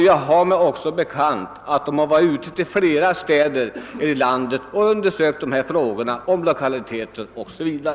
Jag har mig också bekant att den varit i flera städer ute i landet och undersökt lokaliteterna där.